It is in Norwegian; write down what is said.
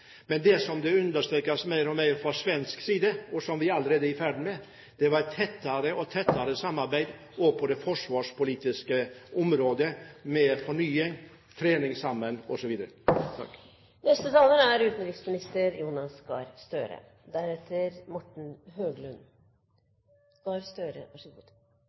Men det som det understrekes stadig mer fra svensk side, og som vi allerede er i ferd med å gjennomføre, er et tettere samarbeid også på det forsvarspolitiske området, med fornying,